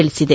ತಿಳಿಸಿದೆ